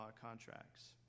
contracts